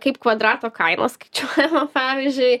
kaip kvadrato kaina skaičiuojama pavyzdžiui